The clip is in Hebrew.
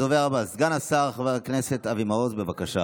הדובר הבא, סגן השר חבר הכנסת אבי מעוז, בבקשה.